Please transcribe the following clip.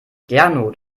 gernot